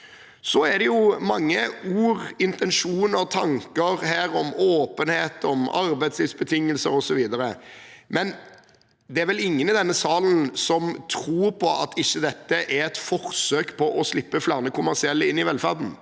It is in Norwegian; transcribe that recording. vann. Det er mange ord, intensjoner og tanker her om åpenhet, arbeidslivsbetingelser osv., men det er vel ingen i denne salen som tror på at dette ikke er et forsøk på å slippe flere kommersielle inn i velferden.